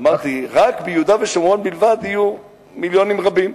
אמרתי: ביהודה ושומרון בלבד יהיו מיליונים רבים.